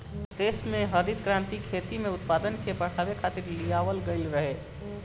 देस में हरित क्रांति खेती में उत्पादन के बढ़ावे खातिर लियावल गईल रहे